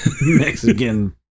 Mexican